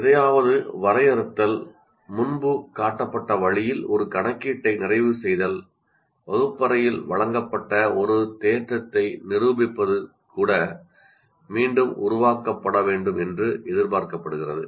எதையாவது வரையறுத்தல் முன்பு காட்டப்பட்ட வழியில் ஒரு கணக்கீட்டை நிறைவு செய்தல் வகுப்பறையில் வழங்கப்பட்ட ஒரு தேற்றத்தை நிரூபிப்பது கூட மீண்டும் உருவாக்கப்படும் என்று எதிர்பார்க்கப்படுகிறது